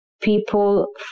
people